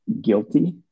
guilty